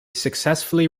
successfully